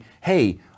hey